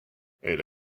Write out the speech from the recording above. elle